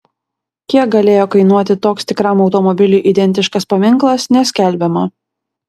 kiek galėjo kainuoti toks tikram automobiliui identiškas paminklas neskelbiama